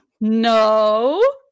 No